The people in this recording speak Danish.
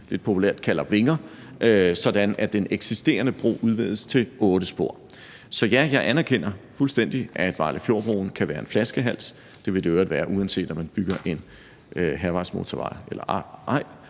lidt populært kalder vinger, sådan at den eksisterende bro udvides til otte spor. Så ja, jeg anerkender fuldstændig, at Vejlefjordbroen kan være en flaskehals. Det ville den jo i øvrigt være, uanset om man bygger en hærvejsmotorvej